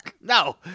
No